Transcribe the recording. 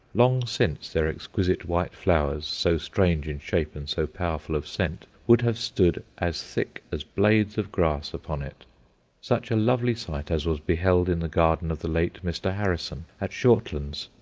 long since their exquisite white flowers, so strange in shape and so powerful of scent, would have stood as thick as blades of grass upon it such a lovely sight as was beheld in the garden of the late mr. harrison, at shortlands.